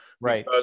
Right